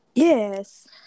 Yes